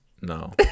no